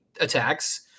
attacks